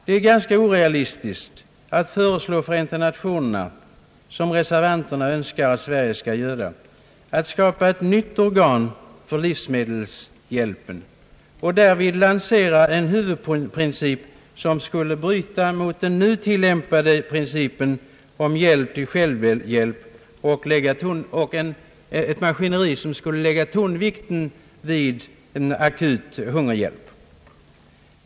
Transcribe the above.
Det är ganska orealistiskt att föreslå Förenta Nationerna — som reservanterna Önskar att Sverige skall göra — att skapa ett nytt organ för livsmedelshjälp och att därvid lansera en huvudprincip som skulle bryta mot den nu tillämpade principen om hjälp till självhjälp, med ett program som skulle lägga tonvikten vid akut hungerhjälp.